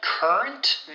Current